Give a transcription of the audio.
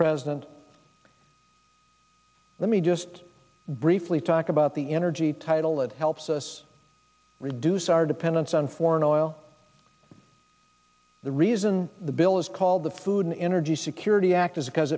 president let me just briefly talk about the energy title that helps us reduce our dependence on foreign oil the reason the bill is called the food and energy security act is because